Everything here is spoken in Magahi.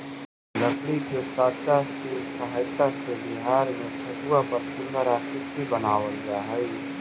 लकड़ी के साँचा के सहायता से बिहार में ठेकुआ पर सुन्दर आकृति बनावल जा हइ